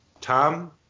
Tom